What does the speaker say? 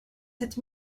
sept